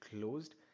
closed